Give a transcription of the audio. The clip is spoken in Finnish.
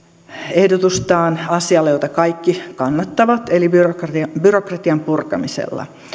ehdotustaan asialla jota kaikki kannattavat eli byrokratian byrokratian purkamisella